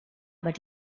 but